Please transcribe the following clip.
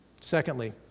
Secondly